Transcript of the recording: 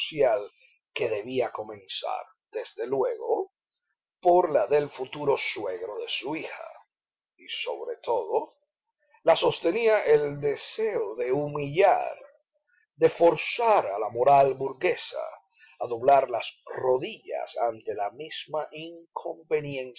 que debía comenzar desde luego por la del futuro suegro de su hija y sobre todo la sostenía el deseo de humillar de forzar a la moral burguesa a doblar las rodillas ante la misma inconveniencia